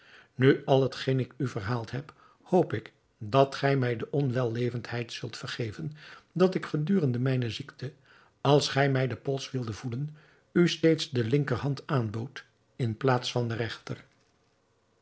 na al hetgeen ik u verhaald heb hoop ik dat gij mij de onwellevendheid zult vergeven dat ik gedurende mijne ziekte als gij mij den pols wildet voelen u steeds de linkerhand aanbood in plaats van